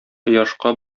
кояшка